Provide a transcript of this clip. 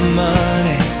money